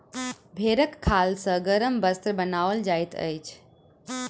भेंड़क खाल सॅ गरम वस्त्र बनाओल जाइत अछि